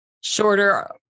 shorter